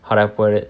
how do I put it